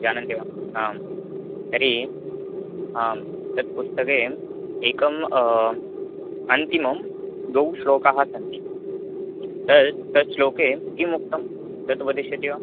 जानन्ति वा आं तर्हि आं तत्पुस्तके एकं अन्तिमं द्वौ श्लोकाः सन्ति तत् तद् श्लोके किम् उक्तं तत् वदिष्यति वा